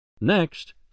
Next